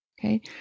okay